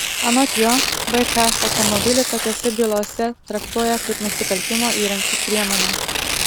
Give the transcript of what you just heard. anot jo bk automobilį tokiose bylose traktuoja kaip nusikaltimo įrankį priemonę